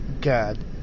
God